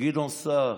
גדעון סער,